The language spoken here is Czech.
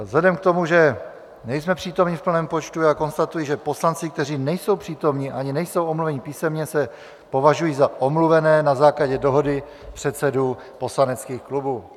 Vzhledem k tomu, že nejsme přítomni v plném počtu, konstatuji, že poslanci, kteří nejsou přítomni ani nejsou omluveni písemně, se považují za omluvené na základě dohody předsedů poslaneckých klubů.